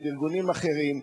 של ארגונים אחרים,